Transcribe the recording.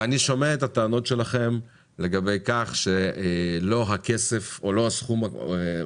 אני שומע את הטענות שלכם שלא הסכום קובע,